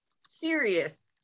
serious